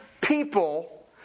people